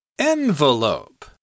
Envelope